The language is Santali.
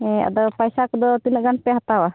ᱦᱮᱸ ᱟᱫᱚ ᱯᱚᱭᱥᱟ ᱠᱚᱫᱚ ᱛᱤᱱᱟᱹᱜ ᱜᱟᱱ ᱯᱮ ᱦᱟᱛᱟᱣᱟ